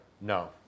No